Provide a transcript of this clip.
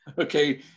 Okay